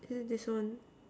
there this one